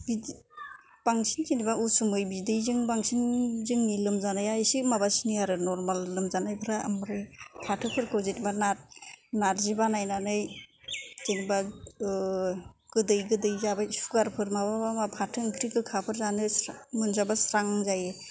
बिदि बांसिन जेन'बा उसुमै बिदैजों बांसिन जोंनि लोमजानाया एसे माबासिनो आरो नरमाल लोमजानायफ्रा आमफ्राय फाथोफोरखौ जेनेबा नार नार्जि बानायनानै जेनेबा गोदै गोदै जानाय सुगारफोर माबाबा फाथो ओंख्रि गोखाफोर जानो मोनजाबा स्रां जायो